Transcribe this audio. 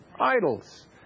Idols